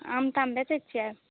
आम ताम बेचै छियै